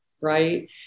right